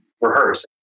rehearse